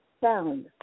sound